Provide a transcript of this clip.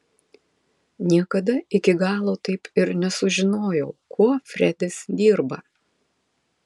niekada iki galo taip ir nesužinojau kuo fredis dirba